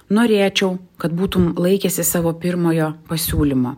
norėčiau kad būtum laikęsis savo pirmojo pasiūlymo